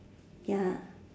ya